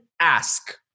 ask